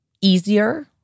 easier